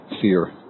fear